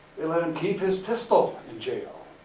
they let him keep his pistol, in jail.